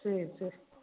சரி சரி